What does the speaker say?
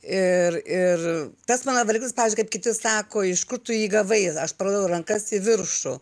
ir ir tas mano dalykas pavyzdžiui kaip kiti sako iš kur tu jį gavai aš praradau rankas į viršų